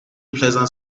pleasant